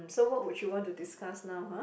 so what would you want to discuss now ah